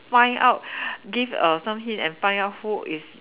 find out give a some hint and find out who is